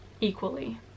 equally